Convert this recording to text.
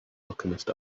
alchemist